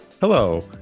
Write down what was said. Hello